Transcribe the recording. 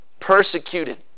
persecuted